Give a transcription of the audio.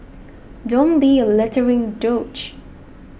don't be a littering douche